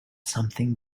something